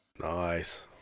Nice